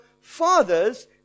fathers